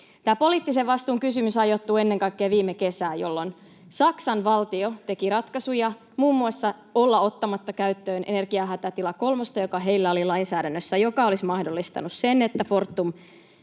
Tämä poliittisen vastuun kysymys ajoittuu ennen kaikkea viime kesään, jolloin Saksan valtio teki ratkaisuja muun muassa olla ottamatta käyttöön energiahätätila kolmosta, joka heillä oli lainsäädännössä ja joka olisi mahdollistanut sen, että Fortumin